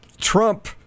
Trump